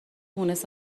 مونس